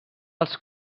els